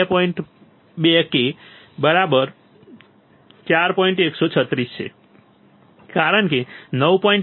136 કારણ કે 9